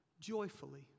joyfully